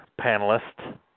panelists